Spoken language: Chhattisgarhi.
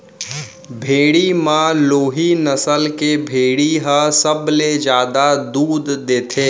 भेड़ी म लोही नसल के भेड़ी ह सबले जादा दूद देथे